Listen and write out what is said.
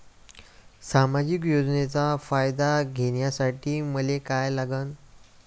सामाजिक योजनेचा फायदा घ्यासाठी मले काय लागन?